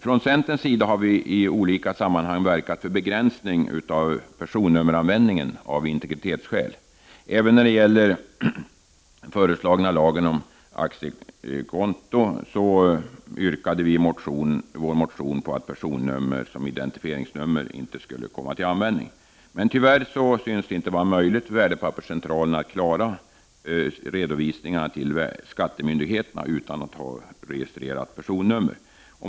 Från centerns sida har vi i olika sammanhang verkat för en begränsning av personnummeranvändningen av integritetsskäl. Även när det gäller den föreslagna aktiekontolagen hade vi yrkat i vår motion att personnummer som identifieringsnummer inte skulle komma till användning. Tyvärr synes det inte möjligt för Värdepapperscentralen att klara av redovisningar till skattemyndigheterna utan att ha registrerat personnummer.